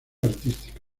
artística